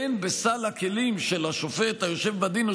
אין בסל הכלים של השופט היושב בדין או